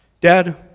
Dad